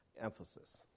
emphasis